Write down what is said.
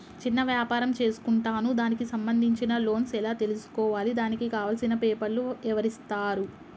చిన్న వ్యాపారం చేసుకుంటాను దానికి సంబంధించిన లోన్స్ ఎలా తెలుసుకోవాలి దానికి కావాల్సిన పేపర్లు ఎవరిస్తారు?